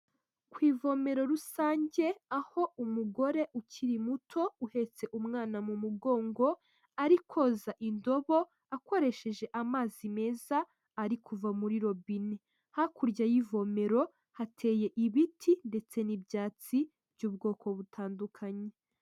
Ku ivomero rusange aho umugore ukiri muto uhetse umwana mu mugongo ari koza indobo akoresheje amazi meza ari kuva muri robine hakurya y'ivomero hateye ibiti ndetse n'ibyatsi by'ubwoko butandukanye.